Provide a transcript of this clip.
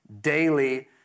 daily